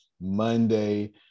Monday